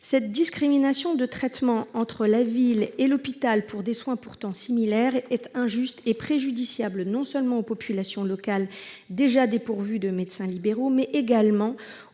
Cette discrimination de traitement entre la ville et l'hôpital pour des soins pourtant similaires est injuste et préjudiciable, non seulement aux populations locales déjà dépourvues de médecins libéraux, mais également